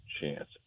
chance